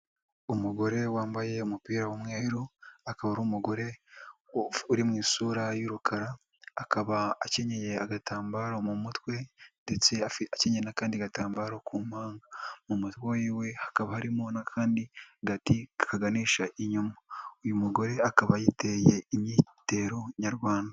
Umugore wambaye umupira w'umweru akaba ari umugore uri mu isura y'urukara, akaba akenye agatambaro mu mutwe ndetse akenyeye n'akandi gatambaro ku mpanga, mu mutwe w'iwe hakaba harimo n'akandi gati kaganisha inyuma, uyu mugore akaba yiteye imyitero nyarwanda.